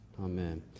Amen